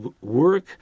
work